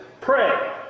pray